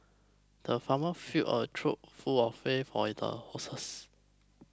the farmer filled a trough full of hay for his a horses